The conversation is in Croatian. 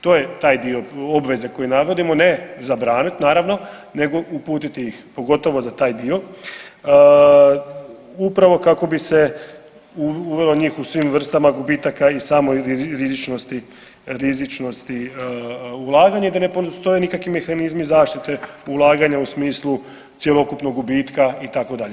To je taj dio obveze koje navodimo, ne zabranit naravno nego uputiti ih, pogotovo za taj dio upravo kako bi se uvelo njih u svih vrsta gubitaka i samoj rizičnosti ulaganje i da ne postoje nikakvi mehanizmi zaštite ulaganja u smislu cjelokupnog gubitka itd.